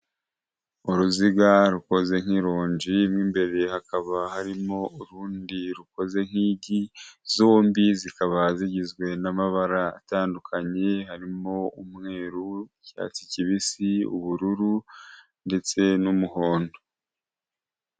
Uruziga rukoze nk'irongi rw'imbere hakaba harimo urundi rukoze nk'ijyi zombi zikaba zigizwe n'amabara atandukanye harimo umweru, icyatsi kibisi, ubururu ndetse n'umuhondo.